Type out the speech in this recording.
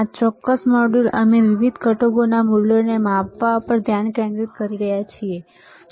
આ ચોક્કસ મોડ્યુલ અમે વિવિધ ઘટકોના મૂલ્યોને માપવા પર ધ્યાન કેન્દ્રિત કરી રહ્યા છીએ ખરું